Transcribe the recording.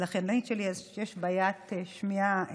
לאחיינית שלי יש בעיית שמיעה חמורה,